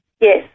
Yes